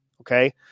okay